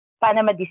Panama